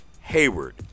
Hayward